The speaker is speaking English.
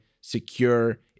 secure